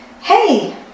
Hey